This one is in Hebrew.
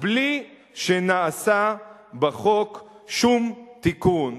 בלי שנעשה בחוק שום תיקון.